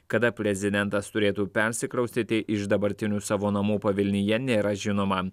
kada prezidentas turėtų persikraustyti iš dabartinių savo namų pavilnyje nėra žinoma